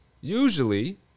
usually